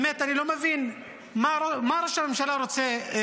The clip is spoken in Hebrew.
אני באמת לא מבין מה ראש הממשלה רוצה,